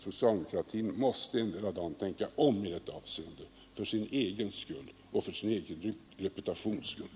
Socialdemokratin måste endera dagen tänka om i detta avseende, för sin egen skull och för sin egen reputations skull.